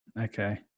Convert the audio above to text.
Okay